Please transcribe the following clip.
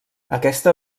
aquesta